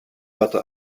watte